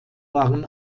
waren